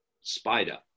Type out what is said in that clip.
spider